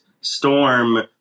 storm